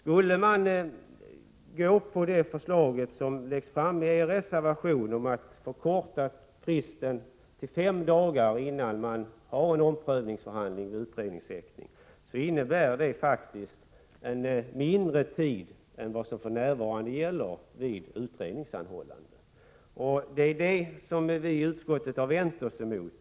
Skulle man gå med på det förslag som läggs fram i er reservation, om förkortning av fristen till fem dagar innan det blir någon omprövningsförhandling vid utredningshäktning, så innebär det faktiskt en kortare tid än vad som för närvarande gäller vid utredningsanhållande. Det är det som vi i utskottet har vänt oss emot.